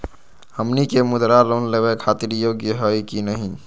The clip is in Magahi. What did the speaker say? हमनी के मुद्रा लोन लेवे खातीर योग्य हई की नही?